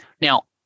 Now